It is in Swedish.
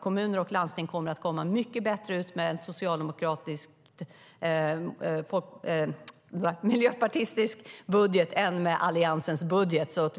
Kommuner och landsting kommer att komma mycket bättre ut med en socialdemokratisk och miljöpartistisk budget än med Alliansens budget.